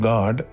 God